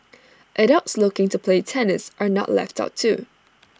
adults looking to play tennis are not left out too